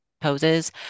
poses